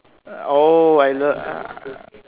oh either uh